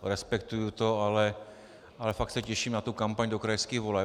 Respektuji to, ale fakt se těším na tu kampaň do krajských voleb.